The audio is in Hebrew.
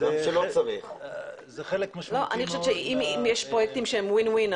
אם יש פרויקטים שהם וין-וין,